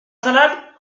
salade